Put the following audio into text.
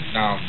now